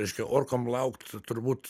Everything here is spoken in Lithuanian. reiškia orkom laukt turbūt